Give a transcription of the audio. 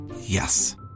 Yes